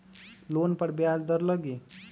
Loan पर ब्याज दर लगी?